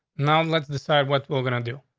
now let's decide what we're gonna do.